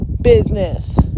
business